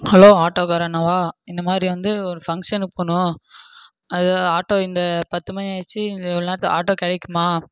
hello auto கார அண்ணாவா இந்தமாதிரி வந்து ஒரு ஃபங்ஷனுக்கு போகணும் அது ஆட்டோ இந்த பத்துமணி ஆயிடிச்சு இந்த இவ்வளோ நேரத்தில் ஆட்டோ கிடைக்குமா